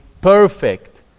perfect